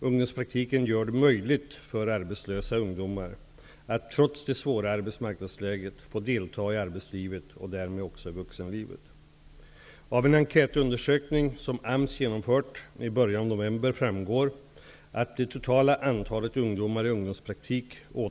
Ungdomspraktiken gör det möjligt för arbetslösa ungdomar att trots det svåra arbetsmarknadsläget få delta i arbetslivet och därmed också i vuxenlivet.